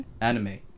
Anime